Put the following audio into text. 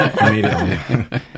Immediately